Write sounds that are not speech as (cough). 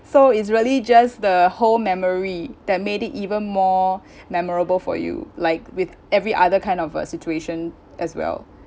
so it's really just the whole memory that made it even more (breath) memorable for you like with every other kind of uh situation as well